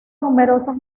numerosas